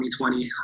2020